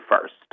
first